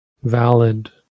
Valid